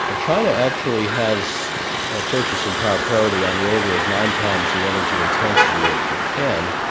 ah china actually has and purchasing power parity on the order of nine times the energy intensity of japan,